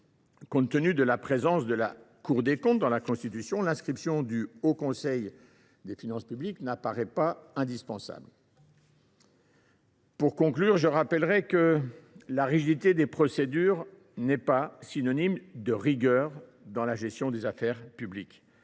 compte tenu de la présence de la Cour des comptes dans la Constitution, l’inscription du Haut Conseil des finances publiques n’apparaît pas indispensable. Pour conclure, je rappellerai que la rigidité des procédures n’est pas synonyme de rigueur dans la gestion des affaires publiques.